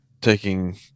taking